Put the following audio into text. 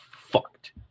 fucked